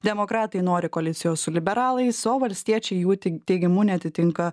demokratai nori koalicijos su liberalais o valstiečiai jų teig teigimu neatitinka